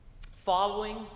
following